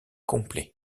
complet